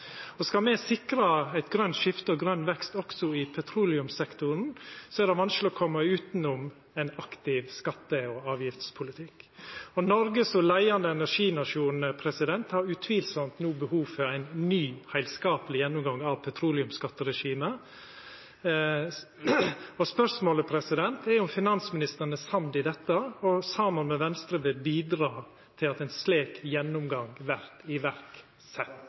Skal me sikra eit grønt skifte og grøn vekst også i petroleumssektoren, er det vanskeleg å koma utanom ein aktiv skatte- og avgiftspolitikk. Noreg som leiande energinasjon har utvilsamt no behov for ein ny, heilskapleg gjennomgang av petroleumsskatteregimet. Spørsmålet er om finansministeren er samd i dette og saman med Venstre vil bidra til at ein slik gjennomgang vert sett i verk.